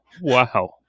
wow